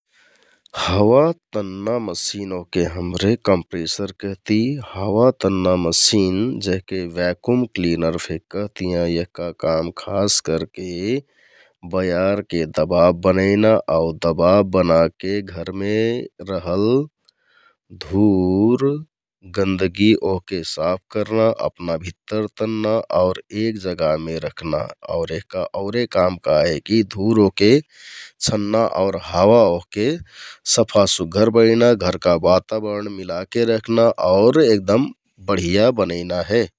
हावा तन्‍ना मसिन ओहके हमरे कम्प्रेसर केहति । हावा तन्‍ना मासिन जेहके भ्याकुम क्लिनर फेक कहतियाँ एहका काम खास करके बयारके दबाब बनैना आउ दबाब बनाके घरमे रहल धुर, गन्दगी ओहके साफ करना, अपना भित्तर तन्‍ना आउर एक जगहमे रखना । आउर एहका औरे काम काहेकि धुर ओहके छन्‍ना आउर हावा ओहके सफा, सुग्घर बनैना, घरका बाताबरण मिलाके रखना आउर एगदम बढिया बनैना हे ।